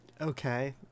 Okay